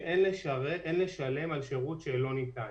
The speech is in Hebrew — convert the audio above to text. אמרנו שאין לשלם על שירות שלא ניתן.